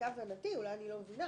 למיטב הבנתי ואולי אני לא מבינה,